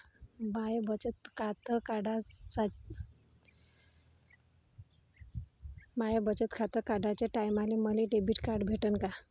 माय बचत खातं काढाच्या टायमाले मले डेबिट कार्ड भेटन का?